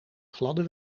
gladde